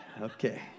Okay